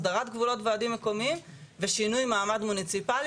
הסדרת גבולות ועדים מקומיים ושינוי מעמד מוניציפלי.